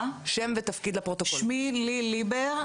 שמי לי ליבר,